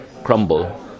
crumble